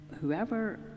whoever